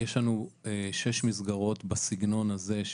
יש 6 מסגרות בסגנון הזה,